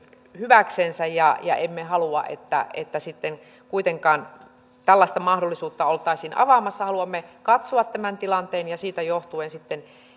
hyväksensä ja ja emme halua että että sitten kuitenkaan tällaista mahdollisuutta oltaisiin avaamassa haluamme katsoa tämän tilanteen ja siitä johtuen sitten